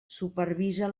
supervisa